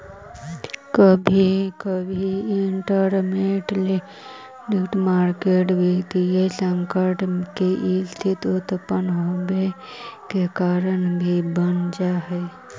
कभी कभी interment landing market वित्तीय संकट के स्थिति उत्पन होवे के कारण भी बन जा हई